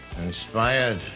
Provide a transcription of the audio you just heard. inspired